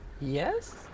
Yes